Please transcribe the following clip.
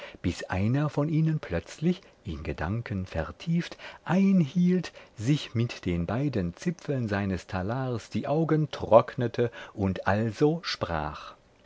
bis einer von ihnen plötzlich in gedanken vertieft einhielt sich mit den beiden zipfeln seines talars die augen trocknete und also sprach